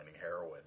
heroin